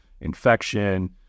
infection